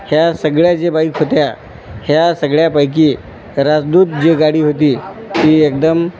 ह्या सगळ्या ज्या बाईक होत्या ह्या सगळ्यापैकी राजदूत जी गाडी होती ती एकदम